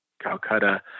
Calcutta